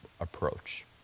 approach